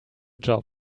job